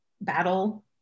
battle